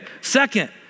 Second